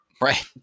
Right